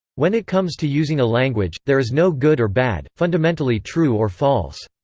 when it comes to using a language, there is no good or bad, fundamentally true or false.